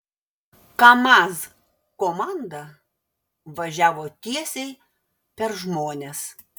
kamaz komanda važiavo tiesiai per žmones